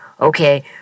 okay